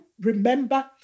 remember